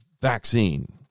vaccine